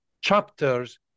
chapters